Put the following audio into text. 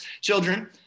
children